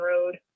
Road